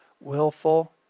willful